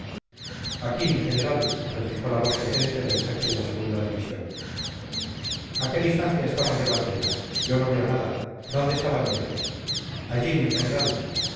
aquí mi general replicó la voz potente del jefe de la segunda división a qué distancia estamos de banderas yo no veo nada dónde está banderas allí mi general